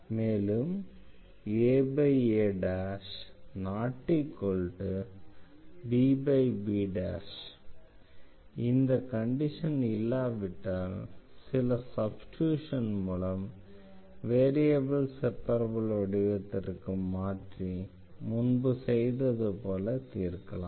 மேலும் aabb இந்த condition இல்லாவிட்டால் சில சப்ஸ்டிட்யூஷன் மூலம் வேரியபிள் செப்பரப்பிள் வடிவத்திற்கு மாற்றி முன்பு செய்தது போல தீர்க்கலாம்